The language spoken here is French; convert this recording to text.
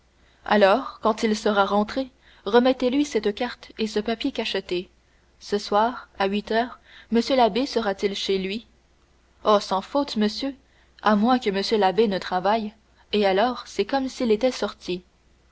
alors quand il sera rentré remettez lui cette carte et ce papier cacheté ce soir à huit heures m l'abbé sera-t-il chez lui oh sans faute monsieur à moins que m l'abbé ne travaille et alors c'est comme s'il était sorti